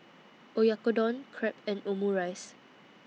Oyakodon Crepe and Omurice